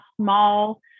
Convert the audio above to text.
small